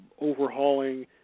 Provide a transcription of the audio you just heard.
overhauling